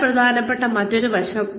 വളരെ പ്രധാനപ്പെട്ട മറ്റൊരു വശം